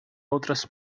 outras